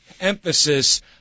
emphasis